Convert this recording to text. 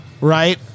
right